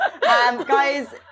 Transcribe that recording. Guys